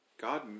God